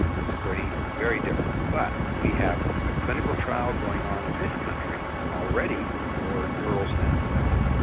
whose brain is very different. but we have a clinical trial going on in this country already for neural stem cells,